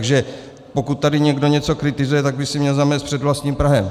Takže pokud tady někdo něco kritizuje, tak by si měl zamést před vlastním prahem.